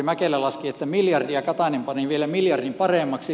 mäkelä laski että miljardi ja katainen pani vielä miljardin paremmaksi